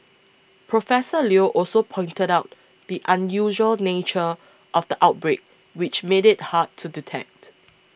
Professor Leo also pointed out the unusual nature of the outbreak which made it hard to detect